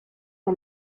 que